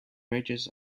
ridges